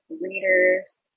readers